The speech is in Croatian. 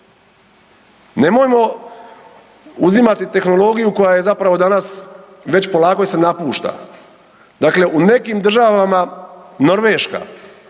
Nemojmo uzimati tehnologiju koja zapravo danas već polako se napušta. Dakle, u nekim državama, Norveška,